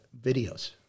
videos